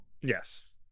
Yes